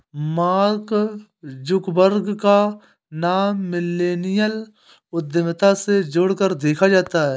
mark Zuckerberg का नाम millennial उद्यमिता से जोड़कर देखा जाता है